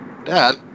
Dad